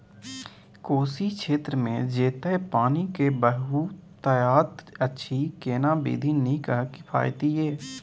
कोशी क्षेत्र मे जेतै पानी के बहूतायत अछि केना विधी नीक आ किफायती ये?